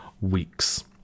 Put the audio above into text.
weeks